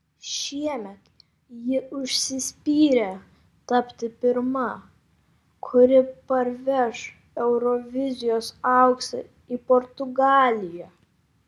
šiemet ji užsispyrė tapti pirma kuri parveš eurovizijos auksą į portugaliją